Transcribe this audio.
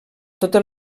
totes